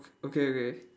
okay okay